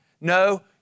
No